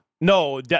No